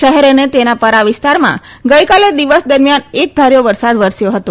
શહેર અને તેના પરા વિસ્તારમાં ગઈકાલે દિવસ દરમ્યાન એક ધાર્યો વરસાદ વરસ્યો હતો